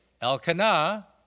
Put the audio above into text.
Elkanah